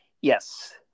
Yes